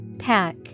Pack